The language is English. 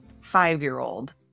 five-year-old